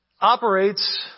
operates